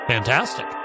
Fantastic